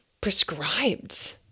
prescribed